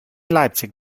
leipzig